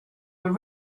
were